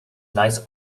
nice